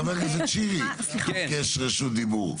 חבר הכנסת שירי ביקש רשת דיבור.